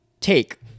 take